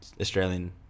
Australian